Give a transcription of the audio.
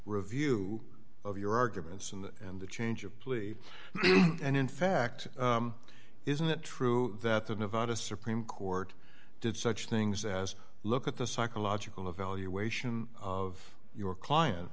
review of your arguments and a change of plea and in fact isn't it true that the nevada supreme court did such things as look at the psychological evaluation of your client